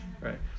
right